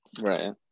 Right